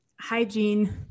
hygiene